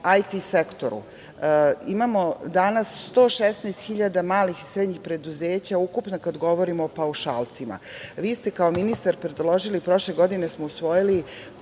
IT sektoru, imamo danas 116 hiljada malih i srednjih preduzeća, ukupno kad govorimo o paušalcima. Vi ste kao ministar predložili, a prošle godine smo usvojili,